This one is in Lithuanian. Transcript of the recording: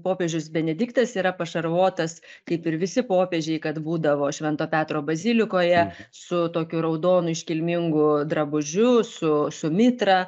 popiežius benediktas yra pašarvotas kaip ir visi popiežiai kad būdavo švento petro bazilikoje su tokiu raudonu iškilmingu drabužiu su su mitra